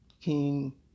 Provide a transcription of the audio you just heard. king